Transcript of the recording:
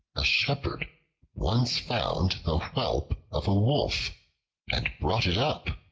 a shepherd once found the whelp of a wolf and brought it up,